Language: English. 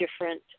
different